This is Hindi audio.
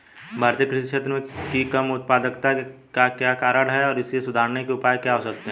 भारतीय कृषि क्षेत्र की कम उत्पादकता के क्या कारण हैं और इसे सुधारने के उपाय क्या हो सकते हैं?